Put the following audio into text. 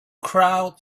crowd